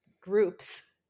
groups